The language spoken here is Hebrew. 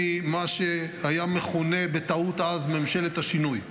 מה שהיה מכונה בטעות אז ממשלת השינוי.